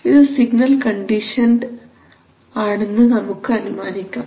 ഇതു signal conditioned ആണെന്ന് നമുക്ക് അനുമാനിക്കാം